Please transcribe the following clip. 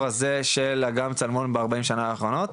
הזה של אגם צלמון בארבעים שנה האחרונות?